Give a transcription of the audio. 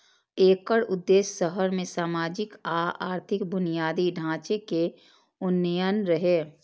एकर उद्देश्य शहर मे सामाजिक आ आर्थिक बुनियादी ढांचे के उन्नयन रहै